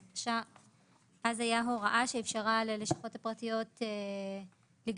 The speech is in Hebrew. אז הייתה הוראה שאפשרה ללשכות הפרטיות לגבות